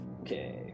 Okay